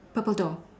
purple door